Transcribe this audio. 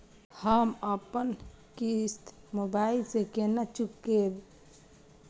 हम अपन किस्त मोबाइल से केना चूकेब?